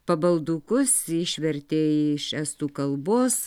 pabaldukus išvertė iš estų kalbos